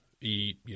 eat